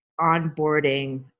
onboarding